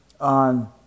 on –